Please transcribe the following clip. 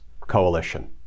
Coalition